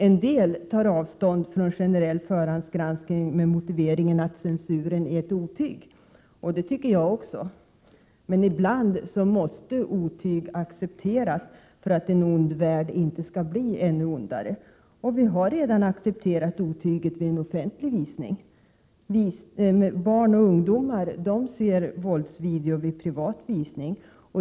En del tar avstånd från generell förhandsgranskning med motiveringen att censuren är ett ”otyg”. Det tycker jag också. Men ibland måste ”otyg” accepteras för att en ond värld inte skall bli ännu ondare. Vi har redan accepterat ”otyget” vid offentlig visning. Barn och ungdomar ser våldsvideo vid privat visning.